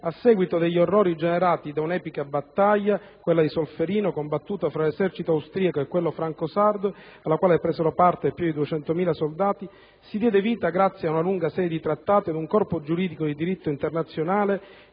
a seguito degli orrori generati da un'epica battaglia - quella di Solferino - combattuta tra l'esercito austriaco e quello franco-sardo, alla quale presero parte più di 200.000 soldati, si diede vita, grazie ad una lunga serie di trattati, ad un corpo giuridico di diritto internazionale,